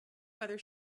whether